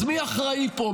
אז מי אחראי פה?